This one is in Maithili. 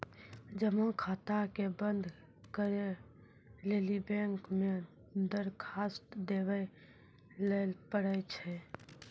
जमा खाता के बंद करै लेली बैंक मे दरखास्त देवै लय परै छै